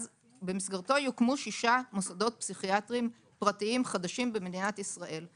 במסגרתו יוקמו ששה מוסדות פסיכיאטריים פרטיים חדשים במדינת ישראל.